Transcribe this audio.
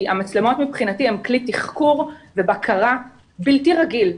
כי המצלמות מבחינתי הן כלי תחקור ובקרה בלתי רגיל.